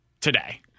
today